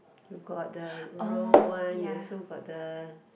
you got the roll one you also got the